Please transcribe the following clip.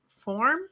form